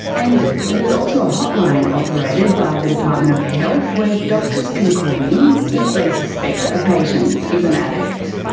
and there is also a hotline operated by the department of health where doctors can call in, if they suspect a patient is an addict.